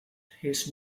his